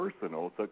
personal